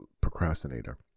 procrastinator